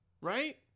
right